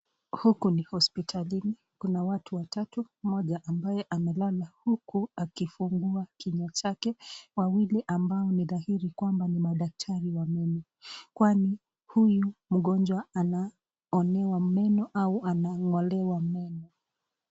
Huku ni hospitalini, kuna watu watatu, mmoja ambaye amelala huku akifungua kinywa chake. Wawili ambao ni tahiri kwamba ni madaktari wa meno. Kwani huyu mgonjwa anaonewa meno au anang'olewa meno.